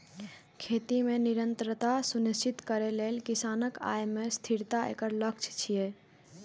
खेती मे निरंतरता सुनिश्चित करै लेल किसानक आय मे स्थिरता एकर लक्ष्य छियै